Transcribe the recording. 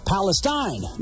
Palestine